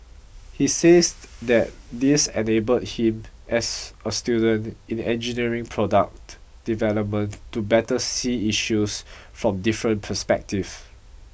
he says that this enabled him as a student in engineering product development to better see issues from different perspective